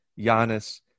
Giannis